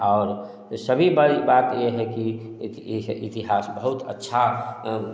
और ये सभी बाई बात ये है कि इतिहास बहुत अच्छा